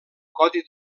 codi